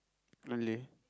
really